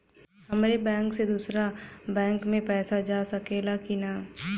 हमारे बैंक से दूसरा बैंक में पैसा जा सकेला की ना?